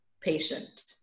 patient